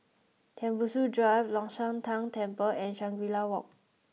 Tembusu Drive Long Shan Tang Temple and Shangri La Walk